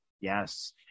Yes